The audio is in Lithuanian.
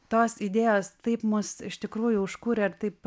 tos idėjos taip mus iš tikrųjų užkūrė ir taip